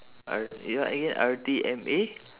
R eh what again R_T_M_A